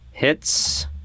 Hits